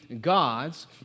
gods